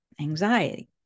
anxiety